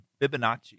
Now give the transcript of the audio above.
Fibonacci